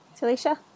Talisha